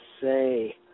say